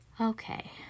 Okay